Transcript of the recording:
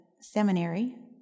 seminary